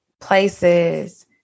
places